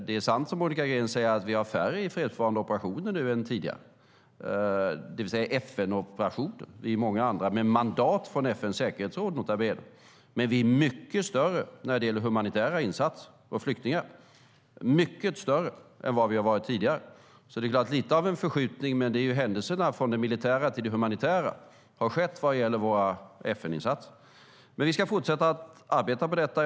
Det är sant som Monica Green säger att vi har färre i fredsbevarande operationer nu än tidigare, det vill säga i FN-operationer, med mandat från FN:s säkerhetsråd, nota bene - det finns många andra. Men vi är mycket större när det gäller humanitära insatser och flyktingar än vad vi har varit tidigare. Det är lite av en förskjutning, från det militära till det humanitära, som har skett vad gäller våra FN-insatser. Men vi ska fortsätta att arbeta på detta.